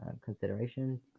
consideration